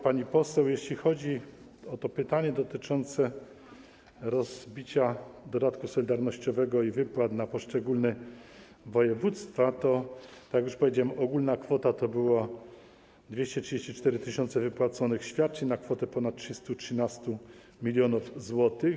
Pani poseł, jeśli chodzi o to pytanie dotyczące rozbicia dodatku solidarnościowego i wypłat w rozbiciu na poszczególne województwa, to tak jak już powiedziałem, ogólna kwota to było 234 tys. wypłaconych świadczeń na kwotę pond 313 mln zł.